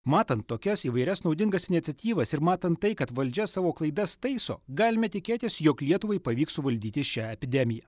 matant tokias įvairias naudingas iniciatyvas ir matant tai kad valdžia savo klaidas taiso galime tikėtis jog lietuvai pavyks suvaldyti šią epidemiją